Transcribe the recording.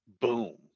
boom